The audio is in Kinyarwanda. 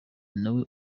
nawe